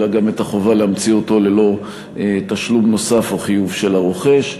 אלא גם את החובה להמציא אותו ללא תשלום נוסף או חיוב של הרוכש.